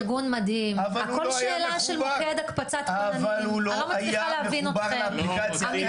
ארגון מדהים -- אבל הוא לא היה מחובר לאפליקציה,